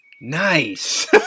Nice